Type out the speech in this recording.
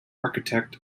architect